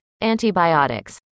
Antibiotics